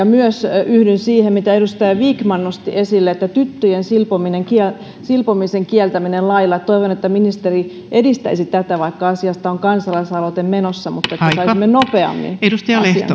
myös siihen mitä edustaja vikman nosti esille tyttöjen silpomisen kieltämiseen lailla toivon että ministeri edistäisi tätä vaikka asiasta on kansalaisaloite menossa näin saisimme nopeammin